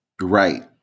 Right